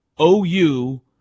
OU